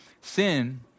sin